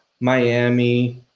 Miami